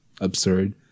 absurd